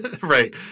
Right